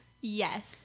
yes